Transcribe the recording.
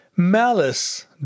Malice